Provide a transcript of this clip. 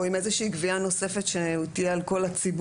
או עם איזה שהיא גבייה נוספת שתהיה על כל הציבור.